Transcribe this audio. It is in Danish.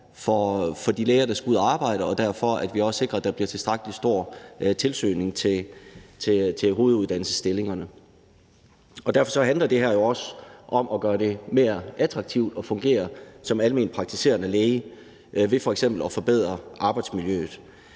for de læger, der skal ud at arbejde, og derfor også sikre, at der bliver tilstrækkelig stor søgning til hoveduddannelsesstillingerne. Derfor handler det her jo også om at gøre det mere attraktivt at fungere som almenpraktiserende læge ved f.eks. at forbedre arbejdsmiljøet.